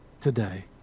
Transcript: today